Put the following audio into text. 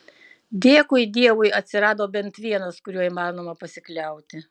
dėkui dievui atsirado bent vienas kuriuo įmanoma pasikliauti